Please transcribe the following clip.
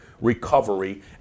recovery